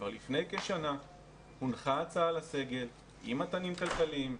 כבר לפני כשנה הונחה הצעה בפני הסגל עם מתנים כלכליים,